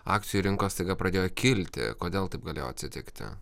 akcijų rinkos staiga pradėjo kilti kodėl taip galėjo atsitikti